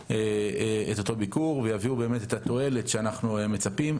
את אותו ביקור ויביאו באמת את התועלת לה אנחנו מצפים.